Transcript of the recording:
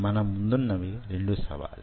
మన ముందున్నవి 2 సవాళ్లు